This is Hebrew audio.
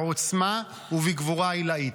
בעוצמה ובגבורה עילאית,